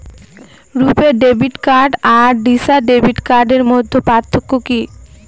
রূপে debit card আর Visa debit কার্ডের মধ্যে পার্থক্য কি?